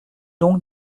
donc